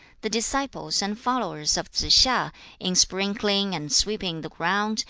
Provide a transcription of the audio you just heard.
the disciples and followers of tsze-hsia, in sprinkling and sweeping the ground,